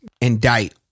indict